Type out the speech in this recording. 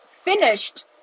finished